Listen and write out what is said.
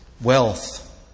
wealth